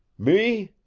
me?